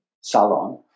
salon